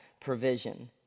provision